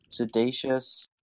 Sedacious